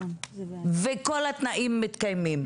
וכל התנאים מתקיימים,